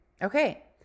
Okay